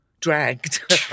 Dragged